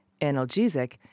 analgesic